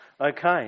Okay